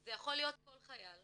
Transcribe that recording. זה יכול להיות כל חייל,